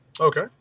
Okay